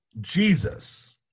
Jesus